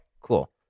cool